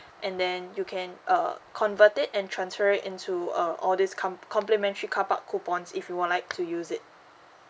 and then you can err convert it and transfer it into a all these come complimentary carpark coupons if you would like to use it